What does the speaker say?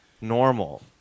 normal